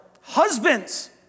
Husbands